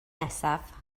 nesaf